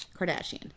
kardashian